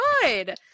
good